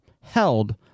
held